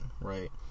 right